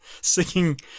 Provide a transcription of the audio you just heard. singing